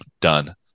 done